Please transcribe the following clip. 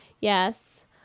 Yes